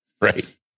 right